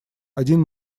один